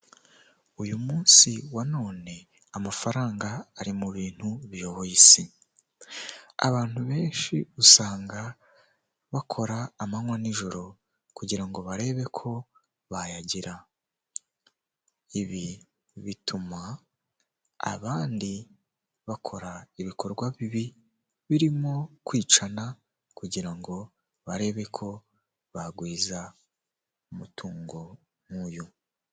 Uyu munsi wa none amafaranga ari mu bintu biyoboye isi, abantu benshi usanga bakora amanywa n'ijoro kugira ngo barebe ko bayagira, ibi bituma abandi bakora ibikorwa bibi, birimo kwicana, kugira ngo barebe ko bagwiza umutungo nk'uyu.